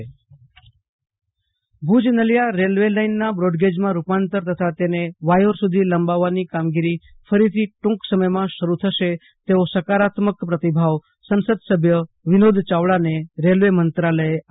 Ashutosh Antani Kutch Naliya broad gauge railway line Bhuj Naliya railway લાઈનના બ્રોડગેજમાં રૂપનાતર તથા તેને વાયોર સુધી લંબાવવાની કામગીરી ફરીથી ટૂંક સમયમાં શરૂ થશે તેવો સકારાત્મક પ્રતિભાવ સંસદ સભ્ય વિનોદ ચાવડાને રેલવે મંત્રાલયે આપ્યો છે